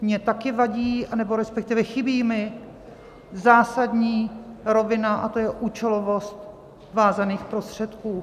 Mně taky vadí, anebo respektive chybí mi zásadní rovina, a to je účelovost vázaných prostředků.